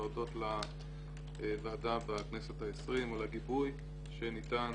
להודות לוועדה בכנסת ה-20 על הגיבוי שניתן